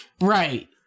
Right